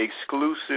exclusive